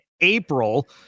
April